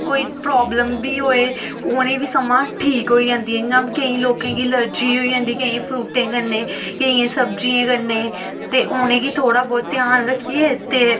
कोई प्राब्लम बी होए उ'नें गी बी समां ठीक होई जंदी ऐ जि'यां केईं लोकें गी अलर्जी होई जंदी केईं फ्रूटें कन्नै केइयें सब्जियें कन्नै ते उ'नें गी थोह्ड़ा ब्हौत ध्यान रक्खियै ते